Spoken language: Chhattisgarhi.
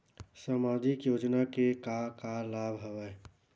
सामाजिक योजना के का का लाभ हवय?